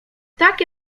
tak